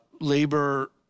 labor